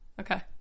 Okay